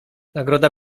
nagroda